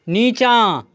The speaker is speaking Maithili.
नीचाँ